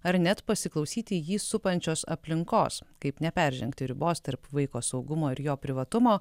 ar net pasiklausyti jį supančios aplinkos kaip neperžengti ribos tarp vaiko saugumo ir jo privatumo